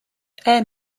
air